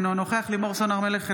אינו נוכח לימור סון הר מלך,